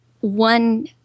one